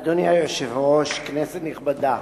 אדוני היושב-ראש, כנסת נכבדה,